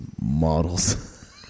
models